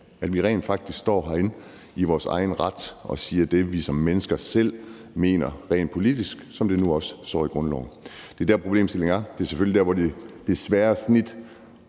at vi rent faktisk står herinde i vores egen ret og siger det, vi som mennesker selv mener rent politisk, sådan som det også står i grundloven. Det er der, problemstillingen er; det er selvfølgelig der, hvor det svære snit